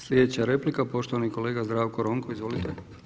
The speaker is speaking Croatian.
Sljedeća replika, poštovani kolega Zdravko Ronko, izvolite.